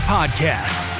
Podcast